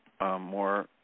more